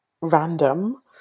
random